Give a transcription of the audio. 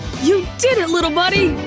you did it, little buddy!